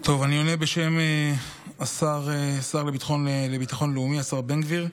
אני עונה בשם השר לביטחון לאומי, השר בן גביר.